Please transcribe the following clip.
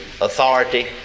authority